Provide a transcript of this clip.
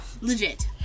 Legit